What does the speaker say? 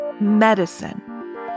Medicine